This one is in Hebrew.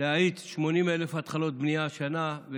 להאיץ 80,000 התחלות בנייה השנה,